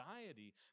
anxiety